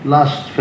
Last